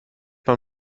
man